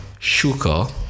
shuka